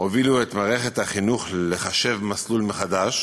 הובילו את מערכת החינוך לחשב מסלול מחדש